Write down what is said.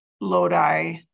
Lodi